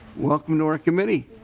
welcome to our committee.